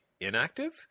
inactive